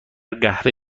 قهوه